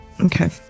Okay